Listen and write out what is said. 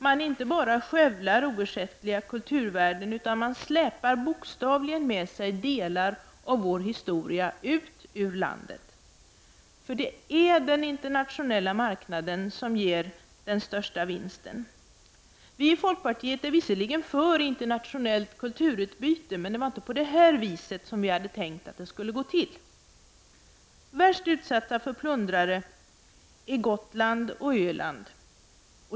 Man skövlar inte bara oersättliga kulturvärden, utan man släpar bokstavligen med sig delar av vår historia ut ur landet. Det är den internationella marknaden som ger den största vinsten. Vi i folkpartiet är visserligen för internationellt kulturutbyte, men det var inte på det här viset vi hade tänkt att det skulle gå till. Värst utsatta för plundrare är Gotland och Öland.